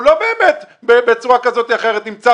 הוא לא באמת בצורה כזאת או אחרת נמצא